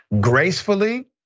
gracefully